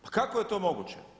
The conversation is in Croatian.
Pa kako je to moguće?